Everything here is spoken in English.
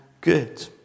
good